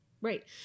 Right